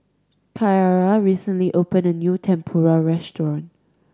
Kyara recently opened a new Tempura restaurant